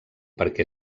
perquè